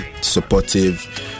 supportive